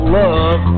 love